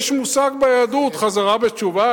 יש מושג ביהדות: חזרה בתשובה.